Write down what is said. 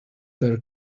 their